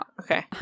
Okay